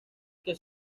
que